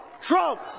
Trump